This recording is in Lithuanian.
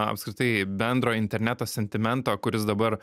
apskritai bendro interneto sentimento kuris dabar